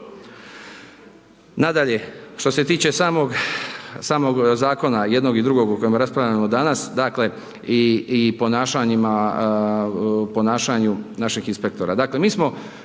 Nadalje, što se tiče samog zakona, jednog i drugog o kojem raspravljamo danas, dakle, i ponašanju našeg inspektora.